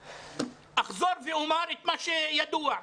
אחזור ואומר את מה שידוע.